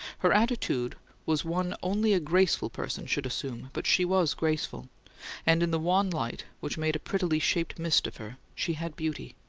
her attitude was one only a graceful person should assume, but she was graceful and, in the wan light, which made a prettily shaped mist of her, she had beauty.